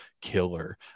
killer